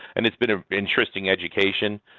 and it's been an interesting education.